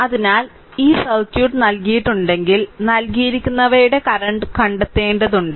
അതിനാൽ ഈ സർക്യൂട്ട് നൽകിയിട്ടുണ്ടെങ്കിൽ നൽകിയിരിക്കുന്നവയുടെ കറന്റ് കണ്ടെത്തേണ്ടതുണ്ട്